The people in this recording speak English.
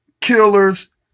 killers